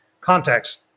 context